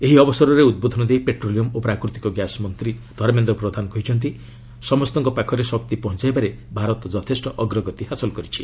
ଏହି ଅବସରରେ ଉଦ୍ବୋଧନ ଦେଇ ପେଟ୍ରୋଲିୟମ୍ ଓ ପ୍ରାକୃତିକ ଗ୍ୟାସ୍ ମନ୍ତ୍ରୀ ଧର୍ମେନ୍ଦ୍ର ପ୍ରଧାନ କହିଛନ୍ତି ସମସ୍ତଙ୍କ ପାଖରେ ଶକ୍ତି ପହଞ୍ଚାଇବାରେ ଭାରତ ଯଥେଷ୍ଟ ଅଗ୍ରଗତି ହାସଲ କରିଛି